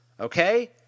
Okay